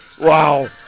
wow